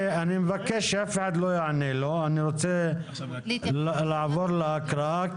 אני רוצה לעבור להקראה.